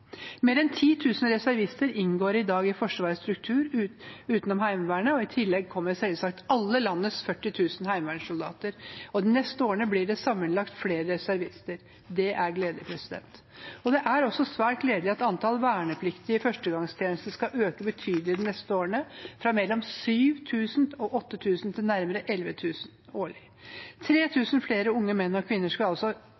Mer enn 10 000 reservister inngår i dag i Forsvarets struktur utenom Heimevernet, og i tillegg kommer selvsagt alle landets 40 000 heimevernssoldater. De neste årene blir det sammenlagt flere reservister. Det er gledelig. Det er også svært gledelig at antall vernepliktige i førstegangstjeneste skal øke betydelig de neste årene, fra mellom 7 000 og 8 000 til nærmere 11 000 årlig.